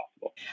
possible